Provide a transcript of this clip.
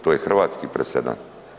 To je hrvatski presedan.